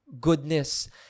goodness